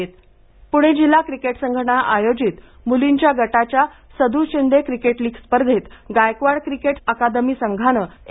महिला क्रिकेट पूणे जिल्हा क्रिकेट संघटनेच्या वतीनं मुलींच्या गटाची सद् शिंदे क्रिकेट लीग स्पर्धेत गायकवाड क्रिकेट अकादमी संघाने ए